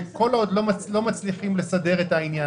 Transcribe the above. כשמשה שגיא אומר לי שהוא יבדוק את העניין